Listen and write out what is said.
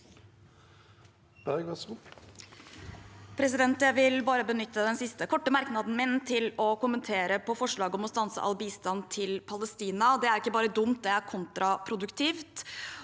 Jeg vil bare benytte den siste korte merknaden min til å kommentere forslaget om å stanse all bistand til Palestina. Det er ikke bare dumt, det er kontraproduktivt,